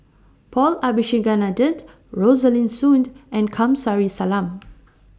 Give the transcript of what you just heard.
Paul Abisheganaden Rosaline Soon and Kamsari Salam